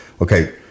okay